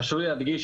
חשוב לי להדגיש